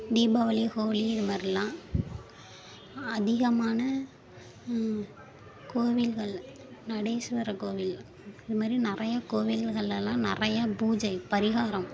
தீபாவளி ஹோலி இது மாதிரிலாம் அதிகமான கோவில்கள் நடேஸ்வர கோவில் இது மாதிரி நிறையா கோவில்களெல்லாம் நிறையா பூஜை பரிகாரம்